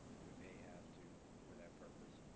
we may have to for that purpose,